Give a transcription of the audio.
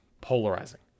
polarizing